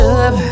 up